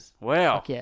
Wow